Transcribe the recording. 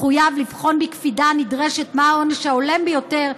מחויב לבחון בקפידה הנדרשת מהו העונש ההולם ביותר,